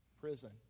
prison